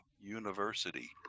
university